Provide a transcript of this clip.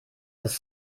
dass